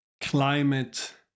climate